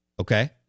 Okay